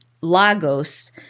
Lagos